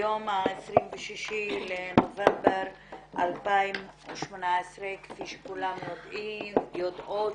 היום 26 בנובמבר 2018. כפי שכולם יודעים ויודעות,